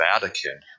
Vatican